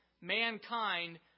mankind